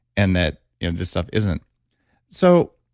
and that this stuff isn't so,